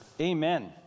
Amen